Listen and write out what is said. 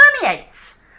permeates